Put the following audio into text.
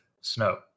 snow